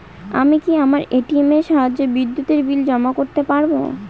আমি কি আমার এ.টি.এম এর সাহায্যে বিদ্যুতের বিল জমা করতে পারব?